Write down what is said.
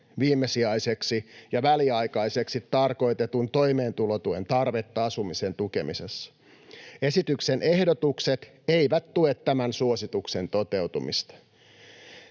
viimesijaiseksi ja väliaikaiseksi tarkoitetun toimeentulotuen tarvetta asumisen tukemisessa. Esityksen ehdotukset eivät tue tämän suosituksen toteutumista.”